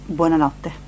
buonanotte